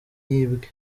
yibwe